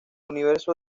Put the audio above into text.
universo